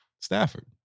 Stafford